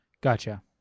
Gotcha